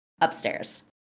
upstairs